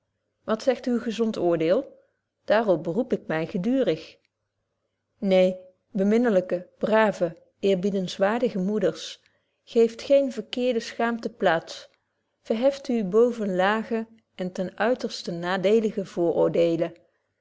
wat zegt uw gezond oordeel daarop beroep ik my geduurig neen beminlyke brave eerbiedeniswaardige moeders geeft gene verkeerde schaamte plaats verheft u boven lage en ten uiterste nadeelige